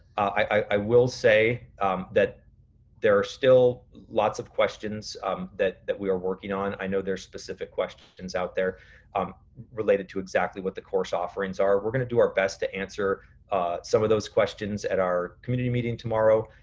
i will say that there are still lots of questions um that that we're working on. i know there are specific questions out there um related to exactly what the course offerings are. we're gonna do our best to answer some of those questions at our community meeting tomorrow.